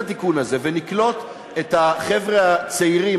התיקון הזה ונקלוט את החבר'ה הצעירים,